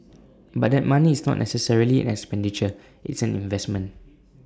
but that money is not necessarily an expenditure it's an investment